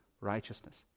righteousness